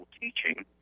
teaching